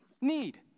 need